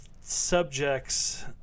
subjects